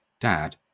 Dad